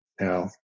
Now